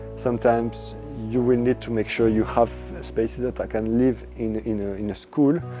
sometimes you will need to make sure you have species that that can live in you know in a school,